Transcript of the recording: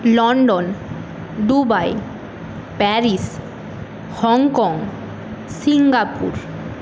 London Dubai Paris Hong Kong Singapore